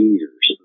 years